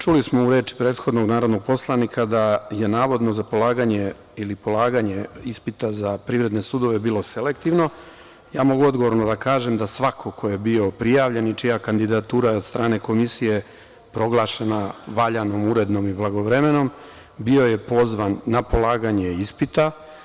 Čuli smo od prethodnog narodnog poslanika da je navodno za polaganje ili polaganje ispita za privredne sudove bilo selektivno, mogu odgovorno da kažem da svako ko je bio prijavljen i čija kandidatura od strane komisije je proglašena valjanom, urednom i blagovremenom, bio je pozvan na polaganje ispita.